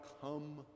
come